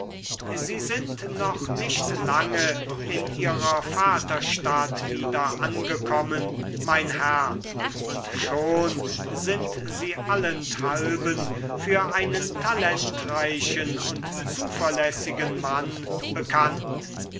sie sind noch nicht lange in ihrer vaterstadt wieder angekommen mein herr und schon sind sie allenthalben für einen talentreichen und zuverlässigen mann bekannt